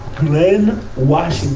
glynn washington,